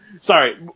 sorry